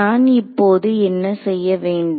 நான் இப்போது என்ன செய்ய வேண்டும்